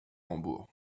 hambourg